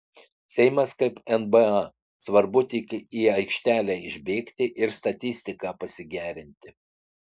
seimas kaip nba svarbu tik į aikštelę išbėgti ir statistiką pasigerinti